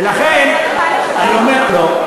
ולכן אני אומר, לא.